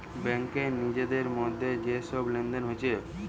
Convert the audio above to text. ব্যাংকে নিজেদের মধ্যে যে সব লেনদেন হচ্ছে